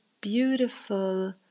beautiful